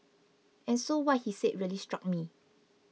and so what he said really struck me